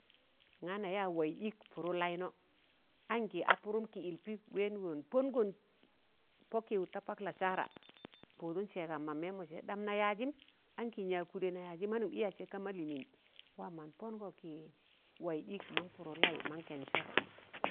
nga na yaa waịz ịk pụrụ Lainọ ankị a pụrụm kịyịl pịp wẹẹngọ pọngọn pọ ki wụ ta pak Lasaara pọọdọn sẹẹgam ma mẹmọjẹ ɗam na yaaji ankị nyaag kụdẹ na yaajị ma nụm ịya sẹ ka ma Lịwịn waam mọn pọngọn kịị waịz ịk man pọrọ laị man kẹn sọr'